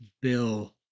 Bill